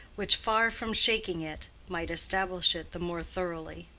which, far from shaking it, might establish it the more thoroughly.